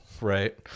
right